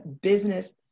business